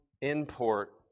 import